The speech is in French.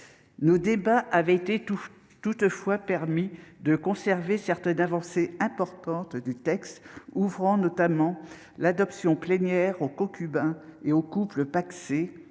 Nos débats ont toutefois permis de conserver certaines avancées importantes du texte, notamment l'ouverture de l'adoption plénière aux concubins et aux couples pacsés,